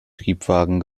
triebwagen